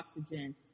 oxygen